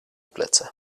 plätze